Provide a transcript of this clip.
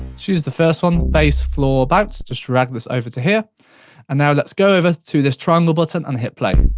choose the first one, bass floor bounce, just drag this over to here and now let's go over to this triangle button and hit play.